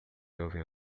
jovem